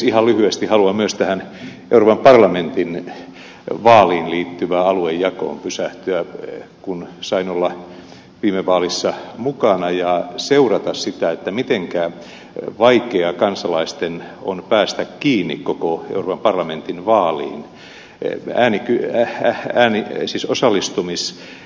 ihan lyhyesti haluan myös tähän euroopan parlamentin vaaliin liittyvään aluejakoon pysähtyä kun sain olla viime vaalissa mukana ja seurata sitä mitenkä vaikeaa kansalaisten on päästä kiinni koko euroopan parlamentin vaaliin